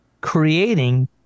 creating